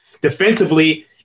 defensively